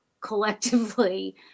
collectively